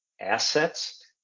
assets